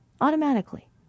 automatically